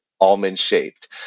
almond-shaped